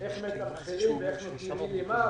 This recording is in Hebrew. איך מתמחרים ואיך נותנים מי למה,